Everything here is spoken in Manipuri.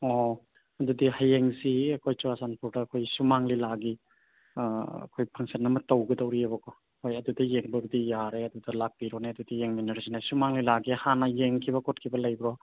ꯑꯣ ꯑꯗꯨꯗꯤ ꯍꯌꯦꯡꯁꯤ ꯑꯩꯈꯣꯏ ꯆꯨꯔꯥꯆꯥꯟꯄꯨꯔꯗ ꯑꯩꯈꯣꯏ ꯁꯨꯃꯥꯡ ꯂꯤꯂꯥꯒꯤ ꯑꯥ ꯑꯩꯈꯣꯏ ꯐꯪꯁꯟ ꯑꯃ ꯇꯧꯒꯗꯧꯔꯤꯕꯀꯣ ꯍꯣꯏ ꯑꯗꯨꯗ ꯌꯦꯡꯕꯕꯨꯗꯤ ꯌꯥꯔꯦ ꯑꯗꯨꯗ ꯂꯥꯛꯄꯤꯔꯣꯅꯦ ꯑꯗꯨꯗꯤ ꯌꯦꯡꯃꯤꯟꯅꯔꯁꯤꯅꯦ ꯁꯨꯃꯥꯡ ꯂꯤꯂꯥꯒꯤ ꯍꯥꯟꯅ ꯌꯦꯡꯈꯤꯕ ꯈꯣꯠꯈꯤꯕ ꯂꯩꯕ꯭ꯔꯣ